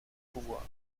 pouvoir